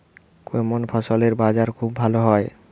কেমন ফসলের বাজার খুব ভালো হয়?